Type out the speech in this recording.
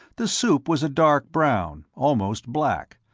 the soup was a dark brown, almost black.